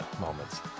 moments